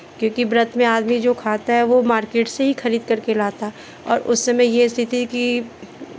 क्योंकि व्रत में आदमी जो खाता हे वो मार्केट से ही खरीद करके लाता और उस समय ये स्थिति की